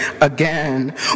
again